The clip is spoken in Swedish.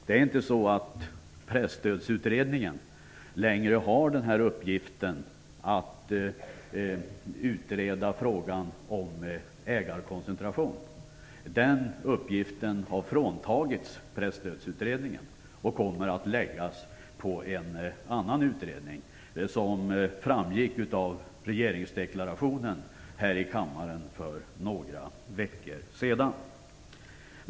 Det är inte så att Presstödsutredningen fortfarande har uppgiften att utreda frågan om ägarkoncentration. Den uppgiften har fråntagits Presstödsutredningen och kommer att läggas på en annan utredning, vilket framgick av regeringsdeklarationen här i kammaren för några veckor sedan.